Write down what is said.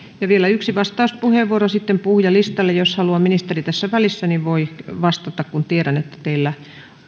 vielä yksi vastauspuheenvuoro ja sitten puhujalistalle jos haluaa ministeri tässä välissä niin voi vastata kun tiedän että teillä